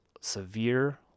severe